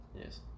yes